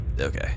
Okay